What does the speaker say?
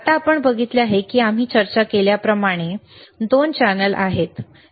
आता आपण बघितले आहे की आम्ही चर्चा केल्याप्रमाणे 2 चॅनेल आहेत बरोबर